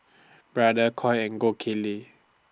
Brother Koi and Gold Kili